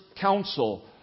counsel